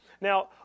Now